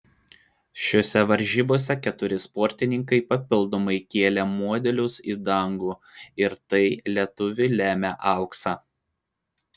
šiose varžybose keturi sportininkai papildomai kėlė modelius į dangų ir tai lietuviui lėmė auksą